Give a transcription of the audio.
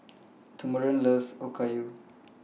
Thurman loves Okayu